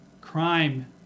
crime